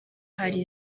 hari